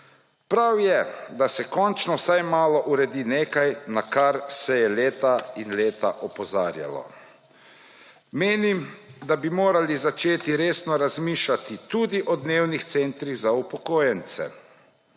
Prav je, da se končno vsaj malo uredi nekaj, na kar se je leta in leta opozarjalo. Menim, da bi morali začeti resno razmišljati tudi o dnevnih centrih za upokojencev.